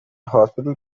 hospital